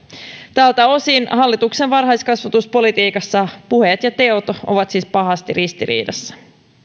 tältä osin hallituksen varhaiskasvatuspolitiikassa puheet ja teot ovat siis pahasti ristiriidassa